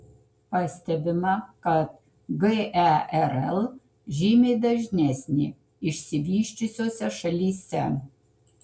pastebima kad gerl žymiai dažnesnė išsivysčiusiose šalyse